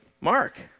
Mark